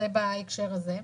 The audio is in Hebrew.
זה בהקשר הזה.